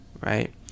right